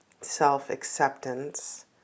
self-acceptance